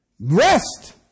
Rest